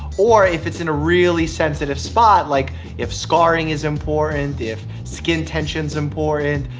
or if it's in a really sensitive spot, like if scarring is important, if skin tension's important,